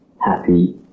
happy